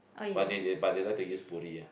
but they they but they like to use buri ah